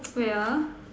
wait ah